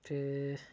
ते